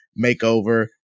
makeover